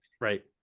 right